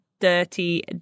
dirty